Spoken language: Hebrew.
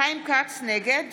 נגד